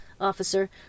officer